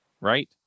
right